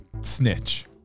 Snitch